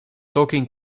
talking